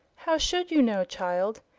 how should you know, child?